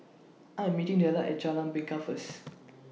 I Am meeting Dellar At Jalan Bingka First